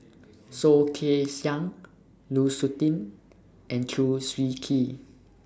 Soh Kay Siang Lu Suitin and Chew Swee Kee